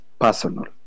personal